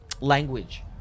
language